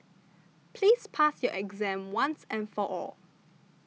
please pass your exam once and for all